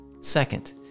Second